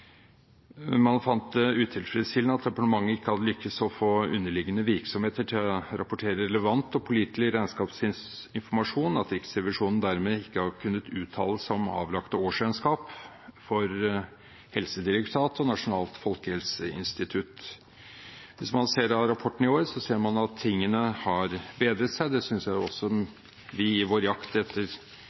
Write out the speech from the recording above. Man fant det utilfredsstillende at departementet ikke hadde lyktes i å få underliggende virksomheter til å rapportere relevant og pålitelig regnskapsinformasjon, og at Riksrevisjonen dermed ikke har kunnet uttale seg om avlagte årsregnskap for Helsedirektoratet og Nasjonalt folkehelseinstitutt. Hvis man ser på rapporten i år, ser man at tingene har bedret seg. Det synes jeg vi – i vår jakt etter